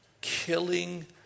killing